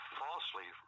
falsely